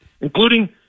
including